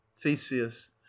theseus